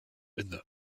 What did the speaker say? inne